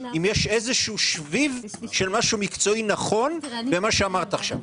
אם יש איזשהו שביב של משהו מקצועי נכון במה שאמרת עכשיו.